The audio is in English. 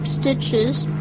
stitches